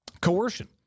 coercion